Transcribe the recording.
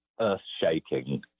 earth-shaking